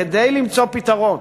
כדי למצוא פתרון.